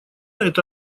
это